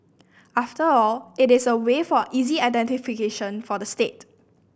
after all it is a way for easy identification for the state